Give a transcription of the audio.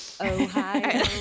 Ohio